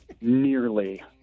nearly